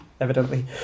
evidently